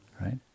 right